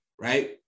right